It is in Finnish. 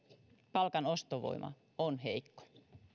palkan ostovoima on heikko